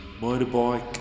motorbike